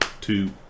two